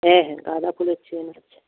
হ্যাঁ হ্যাঁ গাঁদা ফুলের চেইন আছে